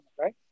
right